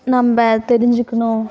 நம்ம தெரிஞ்சுக்கணும்